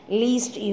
least